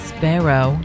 Sparrow